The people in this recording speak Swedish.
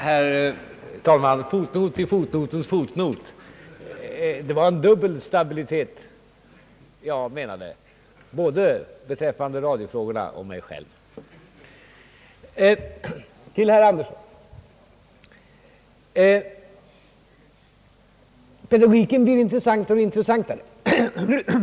Herr talman! Fotnot till fotnotens fotnot! Det var en dubbel stabilitet jag menade — både beträffande radiofrågorna och beträffande mig själv. Till herr Axel Andersson vill jag säga: Pedagogiken blir mer och mer intressant.